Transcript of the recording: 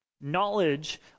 Knowledge